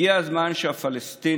הגיע הזמן שהפלסטינים,